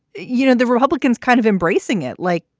you know, the republicans kind of embracing it like,